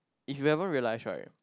if you ever realise right